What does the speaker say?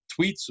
tweets